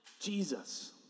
Jesus